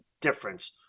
difference